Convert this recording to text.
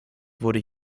wurde